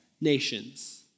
nations